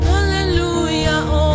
Hallelujah